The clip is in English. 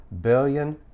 billion